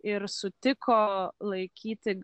ir sutiko laikyti